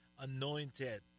anointed